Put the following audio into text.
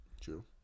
True